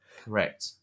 Correct